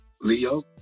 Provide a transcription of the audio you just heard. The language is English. Leo